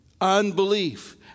Unbelief